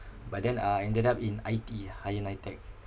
but then I ended up in I_T_E higher nitec